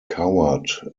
coward